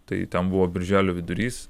tai ten buvo birželio vidurys